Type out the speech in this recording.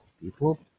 people